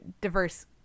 diverse